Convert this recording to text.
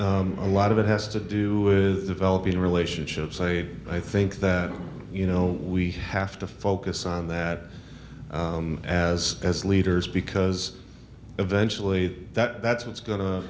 a lot of it has to do with developing relationships i think that you know we have to focus on that as as leaders because eventually that that's what's go